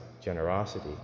generosity